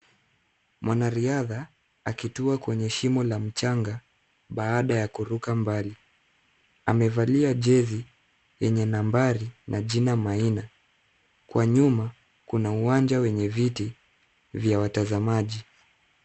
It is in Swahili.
Mwanariadha akitua kwenye shimo la mchanga baada ya kuruka mbali. Amevalia jezi yenye nambari na jina Maina. Kwa nyuma, kuna uwanja wenye viti vya watazamaji.